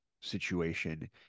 situation